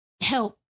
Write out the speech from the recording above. help